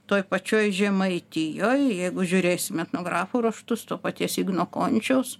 toj pačioj žemaitijoj jeigu žiūrėsim etnografų raštus to paties igno končiaus